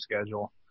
schedule